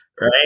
right